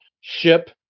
ship